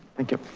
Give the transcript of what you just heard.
thank you.